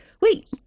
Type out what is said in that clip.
Wait